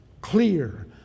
clear